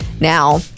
Now